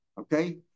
okay